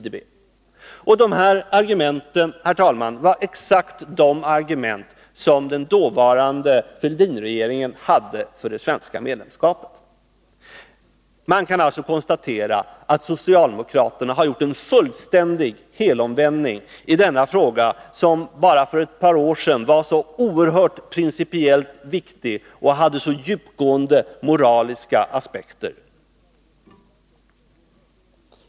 Dessa argument för ett svenskt medlemskap, herr talman, var exakt de argument som den dåvarande Fälldinregeringen hade. ställningstaganden Man kan alltså konstatera att socialdemokraterna har gjort en fullständig i vissa utrikeshelomvändning i denna fråga, som bara för ett par år sedan var så oerhört politiska frågor principiellt viktig och hade så djupgående moraliska aspekter.